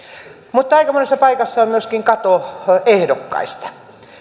mutta aika monessa paikassa on myöskin kato ehdokkaista